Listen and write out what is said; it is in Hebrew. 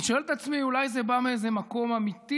אני שואל את עצמי: אולי זה בא מאיזה מקום אמיתי,